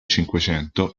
cinquecento